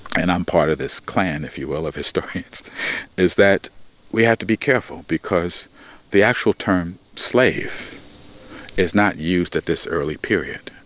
and i'm part of this clan, if you will, of historians is that we have to be careful because the actual term slave is not used at this early period,